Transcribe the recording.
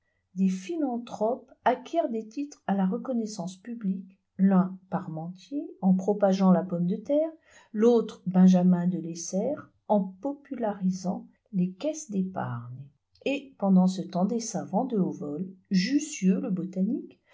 des philanthropes acquièrent des titres à la reconnaissance publique l'un parmentier en propageant la pomme de terre l'autre benjamin delessert en popularisant les caisses d'épargne et pendant ce temps des savants de haut vol jussieu le botaniste